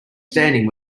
standing